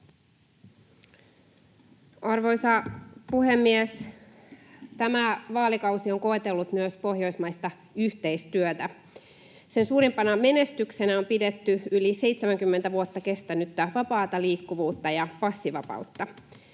Arvoisa puhemies! Tämä vaalikausi on koetellut myös pohjoismaista yhteistyötä. Sen suurimpana menestyksenä on pidetty yli 70 vuotta kestänyttä vapaata liikkuvuutta ja passivapautta.